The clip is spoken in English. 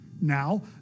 Now